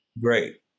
Great